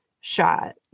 shot